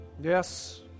Yes